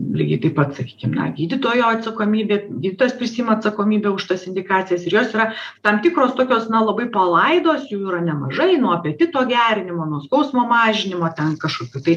lygiai taip pat sakykim na gydytojo atsakomybė gydytojas prisiima atsakomybę už tas indikacijas ir jos yra tam tikros tokios na labai palaidos jų yra nemažai nuo apetito gerinimo nuo skausmo mažinimo ten kažkokių tai